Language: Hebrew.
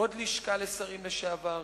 עוד לשכה לשרים לשעבר.